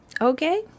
Okay